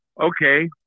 Okay